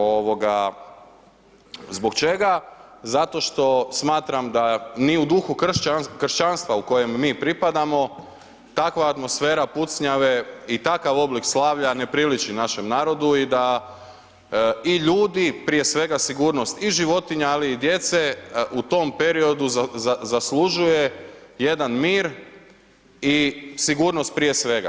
Ovoga zbog čega, zato što smatram da ni u duhu kršćanstva u kojem mi pripadamo takva atmosfera pucnjave i takav oblik slavlja ne priliči našem narodu i da i ljudi, prije svega sigurnost i životinja ali i djece u tom periodu zaslužuje jedan mir i sigurnost prije svega.